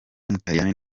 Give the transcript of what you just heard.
w’umutaliyani